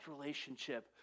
relationship